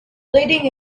leading